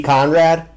Conrad